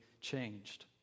changed